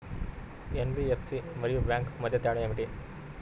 NBFC మరియు bank మధ్య తేడా ఏమిటీ?